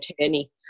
attorney